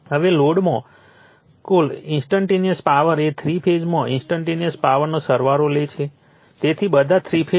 હવે લોડમાં કુલ ઇન્સ્ટન્ટટેનિયસ પાવર એ થ્રી ફેઝમાં ઇન્સ્ટન્ટટેનિયસ પાવરનો સરવાળો છે તેથી બધા થ્રી ફેઝ છે